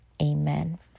amen